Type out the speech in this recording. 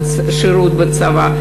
השירות בצבא,